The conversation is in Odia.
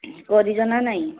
କରିଛ ନା ନାହିଁ